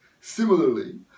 Similarly